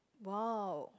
!wow!